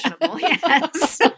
Yes